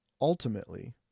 ultimately